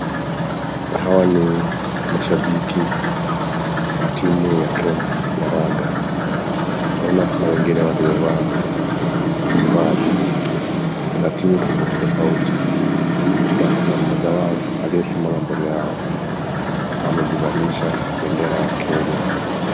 Hawa ni mashabiki wa timu ya kenya ya raga. Tunaona kuna wengine waliovaa mavazi ya timu tofauti tofauti na kuna mmoja wao aliyesimama mbele yao amejivalisha bendera ya Kenya.